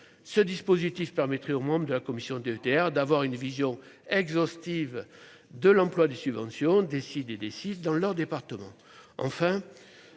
ce dispositif permettrait aux membres de la commission DETR d'avoir une vision exhaustive de l'emploi des subventions décident et décident dans leur département,